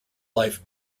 life